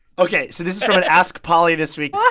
ok. so this is from an ask polly this week. what.